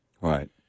Right